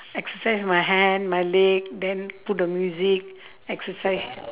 exercise my hand my leg then put the music exercise